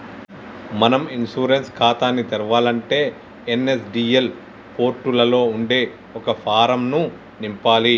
మనం ఇన్సూరెన్స్ ఖాతాని తెరవాలంటే ఎన్.ఎస్.డి.ఎల్ పోర్టులలో ఉండే ఒక ఫారం ను నింపాలి